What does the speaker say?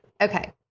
Okay